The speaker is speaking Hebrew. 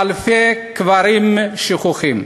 באלפי קברים שכוחים.